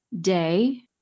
day